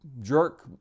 jerk